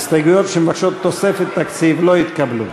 ההסתייגויות שמבקשות תוספת תקציב לא התקבלו.